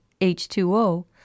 H2O